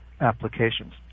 applications